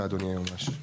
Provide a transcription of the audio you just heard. בבקשה אדוני היועמ"ש.